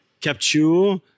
capture